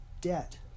debt